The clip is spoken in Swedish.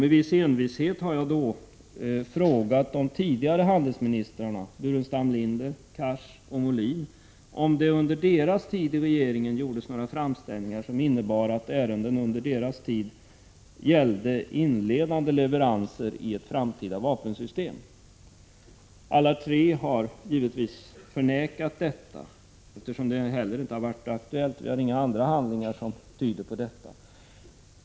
Med viss envishet har jag frågat de tidigare handelsministrarna Burenstam Linder, Cars och Molin om det under deras tid i regeringen gjordes några framställningar som förde fram till inledande leveranser i ett framtida vapensystem. Alla tre har förnekat detta, eftersom det inte har varit aktuellt. Vi har inte några andra handlingar som tyder på detta.